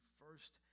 first